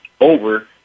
over